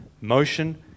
Motion